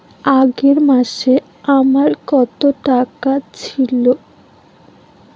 আগের মাসে আমার কত টাকা ছিল?